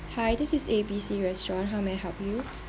hi this is A B C restaurant how may I help you